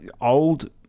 old